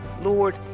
Lord